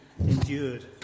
endured